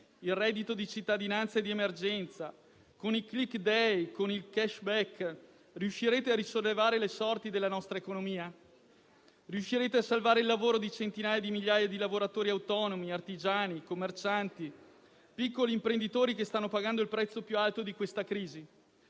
il reddito di cittadinanza e di emergenza, con il *click-day* e con il *cashback* riuscirete a risollevare le sorti della nostra economia? Riuscirete a salvare il lavoro di centinaia di migliaia di lavoratori autonomi, artigiani, commercianti e piccoli imprenditori che stanno pagando il prezzo più alto di questa crisi?